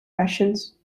rations